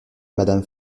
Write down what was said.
madame